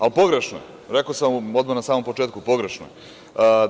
Ali, pogrešno je, rekao sam vam odmah na samom početku, pogrešno je.